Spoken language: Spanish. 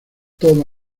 toda